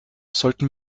sollten